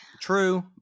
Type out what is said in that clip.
True